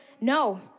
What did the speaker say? no